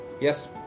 Yes